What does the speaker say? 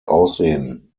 aussehen